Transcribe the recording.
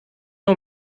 nur